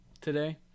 Today